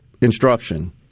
instruction